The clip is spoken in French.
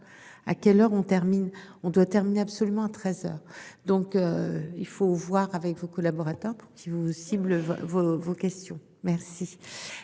à quelle heure on termine, on doit terminer absolument 13h donc. Il faut voir avec vos collaborateurs pour si vous cible vos, vos questions, merci.